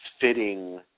fitting